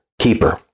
keeper